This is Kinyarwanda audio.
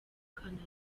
kananura